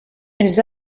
elles